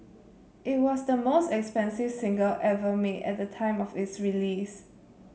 it was the most expensive single ever made at the time of its release